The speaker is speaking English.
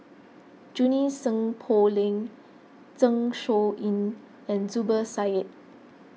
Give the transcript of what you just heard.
Junie Sng Poh Leng Zeng Shouyin and Zubir Said